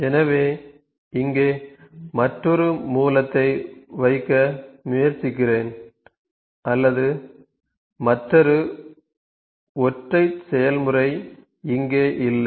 எனவே இங்கே மற்றொரு மூலத்தை வைக்க முயற்சிக்கிறேன் அல்லது மற்றொரு ஒற்றை செயல்முறை இங்கே இல்லை